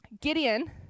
Gideon